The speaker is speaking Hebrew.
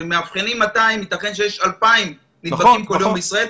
כשמאבחנים 200 ייתכן יש 2,000 נדבקים ביום בישראל.